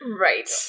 Right